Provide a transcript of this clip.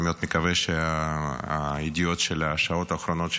אני מאוד מקווה שהידיעות של השעות האחרונות,